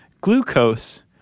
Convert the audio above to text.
glucose